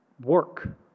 work